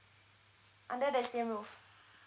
under the same roof